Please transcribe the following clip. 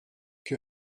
que